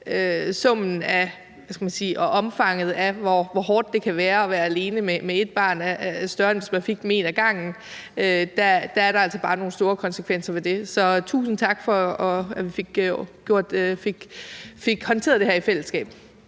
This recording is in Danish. sige, omfanget af det hårde arbejde, det kan være bare at være alene med ét barn, større, end hvis man fik dem en ad gangen. Der er altså bare nogle store konsekvenser ved det. Så tusind tak for, at vi fik håndteret det her i fællesskab.